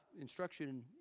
instruction